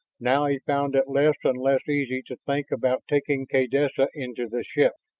now he found it less and less easy to think about taking kaydessa into the ship,